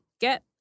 get